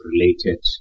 related